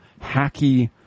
hacky